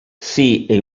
see